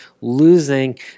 losing